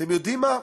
אתם יודעים מה,